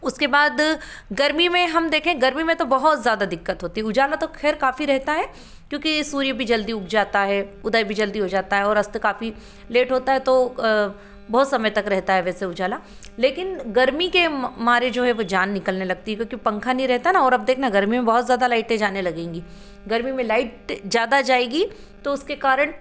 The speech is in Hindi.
उसके बाद गर्मी में हम देखें गर्मी में तो बहुत ज़्यादा दिक्कत होती है उजाला तो ख़ैर काफी रहता है क्योंकि सूर्य भी जल्दी उग जाता है उदय भी जल्दी हो जाता है और अस्त काफी लेट होता है तो बहुत समय तक रहता है वैसे उजाला लेकिन गर्मी के मारे जो है वो जान निकलने लगती है क्योंकि पंखा नहीं रहता है और अब देखना गर्मी में बहुत ज़्यादा लाइटें जाने लगेंगी गर्मी में लाइट ज़्यादा जाएगी तो उसके कारण